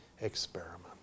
experiment